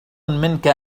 منك